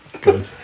Good